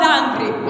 angry